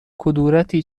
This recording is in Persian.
کدورتی